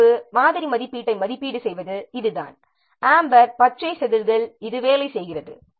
சிவப்பு மாதிரி மதிப்பீட்டை மதிப்பீடு செய்வது இதுதான் அம்பர் பச்சை செதில்கள் இது வேலை செய்கிறது